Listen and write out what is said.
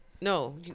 No